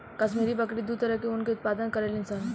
काश्मीरी बकरी दू तरह के ऊन के उत्पादन करेली सन